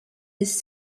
his